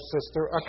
sister